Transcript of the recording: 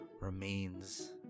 remains